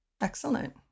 Excellent